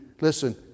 listen